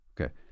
Okay